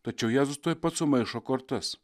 tačiau jėzus tuoj pat sumaišo kortas